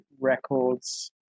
records